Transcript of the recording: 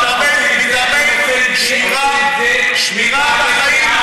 מטעמי שמירה על החיים,